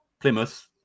Plymouth